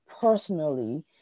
personally